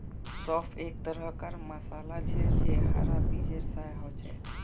सौंफ एक तरह कार मसाला छे जे हरा बीजेर सा होचे